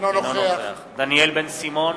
אינו נוכח דניאל בן-סימון,